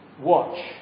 watch